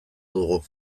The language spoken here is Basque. dugu